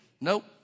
Nope